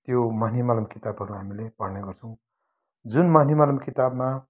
त्यो मनिमहलम किताबहरू हामीले पढ्ने गर्छौँ जुन मनिमहलम किताबमा